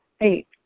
Eight